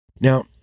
Now